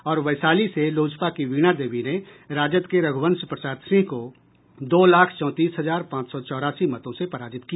और वैशाली से लोजपा की वीणा देवी ने राजद के रघुवंश प्रसाद सिंह को दो लाख चौंतीस हजार पांच सौ चौरासी मतों से पराजित किया